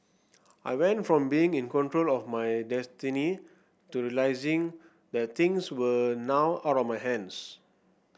I went from being in control of my destiny to realising that things were now out of my hands